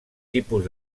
tipus